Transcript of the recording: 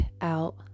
out